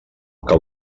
que